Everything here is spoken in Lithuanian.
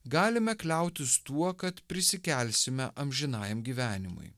galime kliautis tuo kad prisikelsime amžinajam gyvenimui